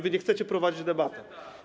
Wy nie chcecie prowadzić debaty.